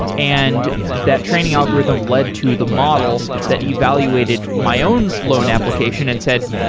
and that training algorithm led to the model that evaluated my own loan application and said,